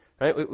Right